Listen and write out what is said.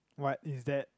what is that